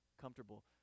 comfortable